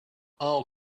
all